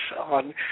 on